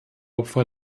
opfer